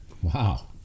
Wow